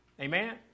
Amen